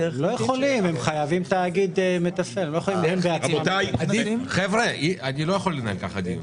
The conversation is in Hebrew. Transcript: אני לא יכול לנהל ככה דיון,